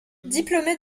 diplômé